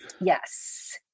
Yes